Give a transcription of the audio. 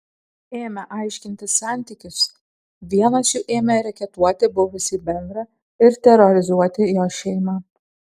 ėmę aiškintis santykius vienas jų ėmė reketuoti buvusį bendrą ir terorizuoti jo šeimą